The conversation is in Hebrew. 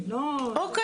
אני לא --- אוקיי,